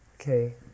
Okay